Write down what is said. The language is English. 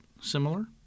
similar